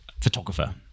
photographer